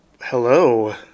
Hello